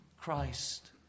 Christ